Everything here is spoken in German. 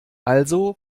also